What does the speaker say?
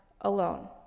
alone